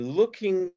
looking